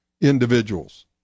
individuals